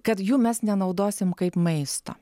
kad jų mes nenaudosim kaip maisto